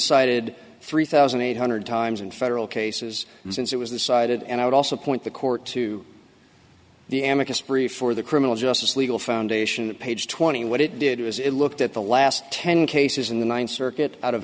cited three thousand eight hundred times in federal cases since it was the sided and i would also point the court to the amica spree for the criminal justice legal foundation page twenty what it did was it looked at the last ten cases in the ninth circuit out of